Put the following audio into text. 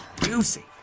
juicy